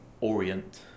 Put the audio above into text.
Orient